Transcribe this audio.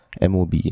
MOB